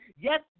Yes